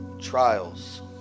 trials